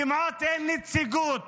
כמעט אין נציגות